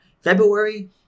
February